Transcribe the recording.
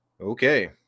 Okay